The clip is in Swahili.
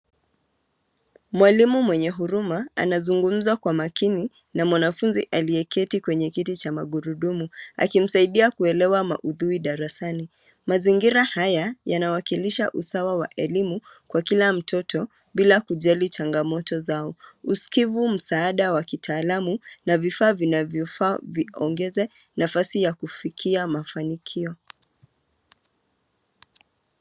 Mwalimu mwenye huruma anazungumza kwa makini, na mwanafunzi aliyeketi kwenye kiti cha magurudumu, akimsaidia kuelewa maudhui darasani, mazingira haya yanawakilisha usawa wa elimu, kwa kila mtoto, bila kujali changamoto zao, uskivu msaada wa kitaalamu, na vifaa vinavyofaa viongeze, nafasi ya kufikia mafanikio.